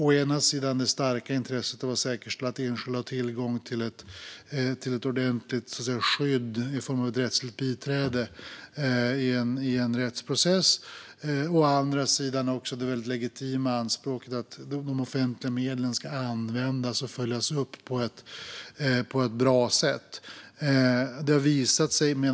Å ena sidan finns det starka intresset att säkerställa att enskilda har tillgång till ett ordentligt skydd i form av ett rättsligt biträde i en rättsprocess, å andra sidan finns det väldigt legitima anspråket att de offentliga medlen ska användas och följas upp på ett bra sätt.